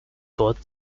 called